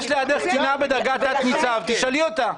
יש לידך קצינה בדרגת תת-ניצב, תשאלי אותה.